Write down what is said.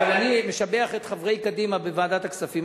אבל אני משבח את חברי קדימה בוועדת הכספים.